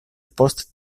post